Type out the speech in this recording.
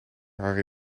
haar